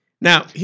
Now